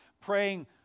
praying